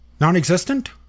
non-existent